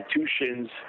institutions